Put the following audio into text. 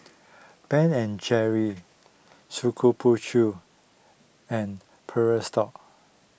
Ben and Jerry's Shokubutsu and